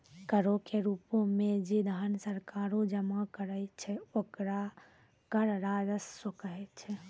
करो के रूपो मे जे धन सरकारें जमा करै छै ओकरा कर राजस्व कहै छै